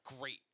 great